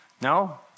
No